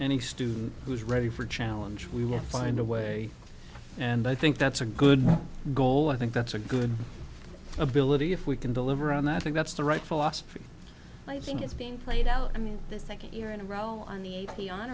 any student who's ready for a challenge we will find a way and i think that's a good guy i think that's a good ability if we can deliver on that i think that's the right philosophy i think is being played out i mean the second year in a row on the